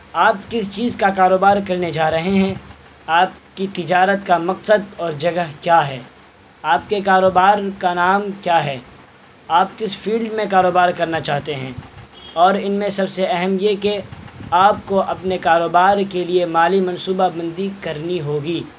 آپ کس چیز کا کاروبار کرنے جا رہے ہیں آپ کی تجارت کا مقصد اور جگہ کیا ہے آپ کے کاروبار کا نام کیا ہے آپ کس فیلڈ میں کاروبار کرنا چاہتے ہیں اور ان میں سب سے اہم یہ کہ آپ کو اپنے کاروبار کے لیے مالی منصوبہ بندی کرنی ہوگی